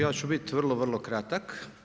Ja ću biti vrlo, vrlo kratak.